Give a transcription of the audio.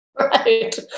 Right